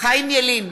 חיים ילין,